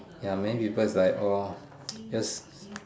ya many people is like orh just